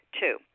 Two